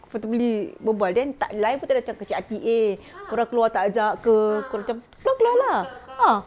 comfortably berbual then tak lain pun tak macam kecil hati eh kau orang keluar tak ajak ke kau macam keluar keluar lah ah